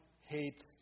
hates